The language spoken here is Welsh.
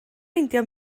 meindio